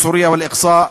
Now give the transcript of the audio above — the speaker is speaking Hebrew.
גזענות והדרה,